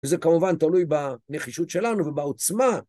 וזה כמובן תולוי בנחישות שלנו ובעוצמה